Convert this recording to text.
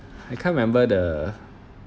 I can't remember the